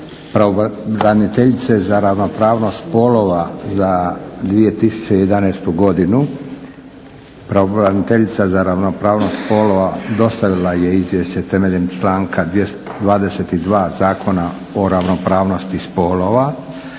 pravobraniteljice za ravnopravnost spolova za 2011. godinu Pravobraniteljica za ravnopravnost spolova dostavila je izvješće temeljem članka 22. Zakona o ravnopravnosti spolova.